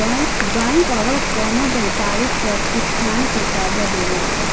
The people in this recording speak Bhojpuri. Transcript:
बैंक अगर कवनो व्यापारिक प्रतिष्ठान के कर्जा देवेला